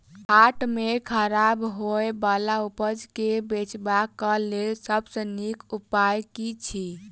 हाट मे खराब होय बला उपज केँ बेचबाक क लेल सबसँ नीक उपाय की अछि?